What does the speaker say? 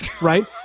right